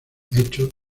hechos